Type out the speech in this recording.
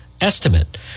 estimate